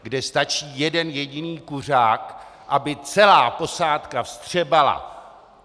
Kde stačí jeden jediný kuřák, aby celá posádka vstřebala.